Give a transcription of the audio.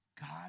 God